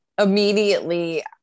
immediately